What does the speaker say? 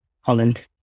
Holland